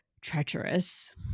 treacherous